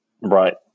Right